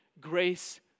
grace